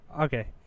okay